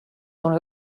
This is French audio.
dans